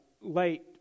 late